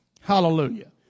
Hallelujah